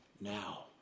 now